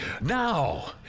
Now